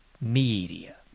media